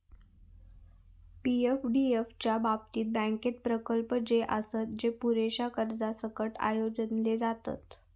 पी.एफडीएफ च्या बाबतीत, बँकेत प्रकल्प जे आसत, जे पुरेशा कर्जासकट आयोजले जातत